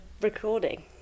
recording